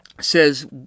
says